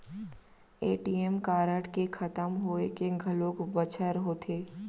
ATM card के खतम होए के घलोक बछर होथे